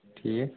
ٹھیٖک